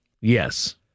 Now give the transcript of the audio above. Yes